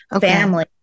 family